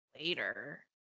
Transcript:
later